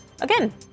Again